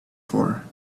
for